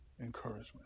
encouragement